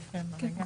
כן.